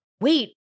Wait